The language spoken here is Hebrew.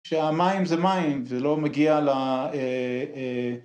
‫כשהמים זה מים, זה לא מגיע ל...